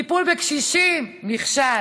טיפול בקשישים, נכשל,